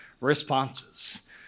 responses